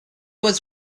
was